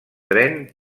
tren